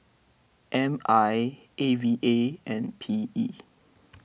M I A V A and P E